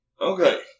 Okay